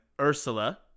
Ursula